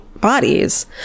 bodies